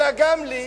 אלא גם לי,